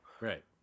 Right